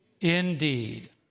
indeed